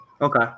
Okay